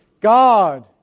God